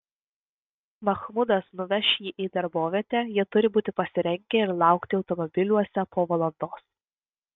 mahmudas nuveš jį į darbovietę jie turi būti pasirengę ir laukti automobiliuose po valandos